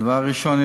דבר ראשון,